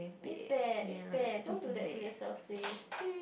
is bad is bad don't do that to yourself please